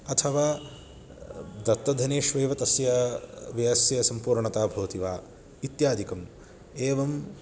अथवा दत्तधनेष्वेव तस्य व्ययस्य सम्पूर्णता भवति वा इत्यादिकम् एवं